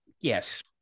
Yes